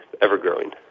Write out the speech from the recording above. ever-growing